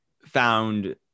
found